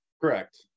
Correct